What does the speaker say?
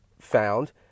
found